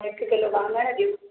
अधि किलो वांङण ॾियो